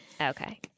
okay